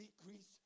decrease